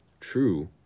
true